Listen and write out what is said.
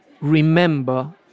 remember